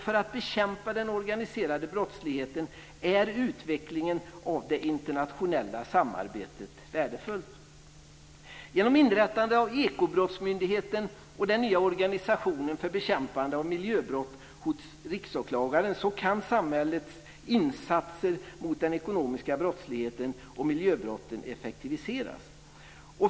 För att bekämpa den organiserade brottsligheten är utvecklingen av det internationella samarbetet värdefullt. Genom inrättande av Ekobrottsmyndigheten och den nya organisationen för bekämpande av miljöbrott hos riksåklagaren kan samhällets insatser mot den ekonomiska brottsligheten och miljöbrotten effektiviseras.